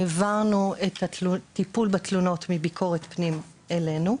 העברנו את הטיפול בתלונות מביקורת פנים אלינו,